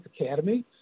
Academy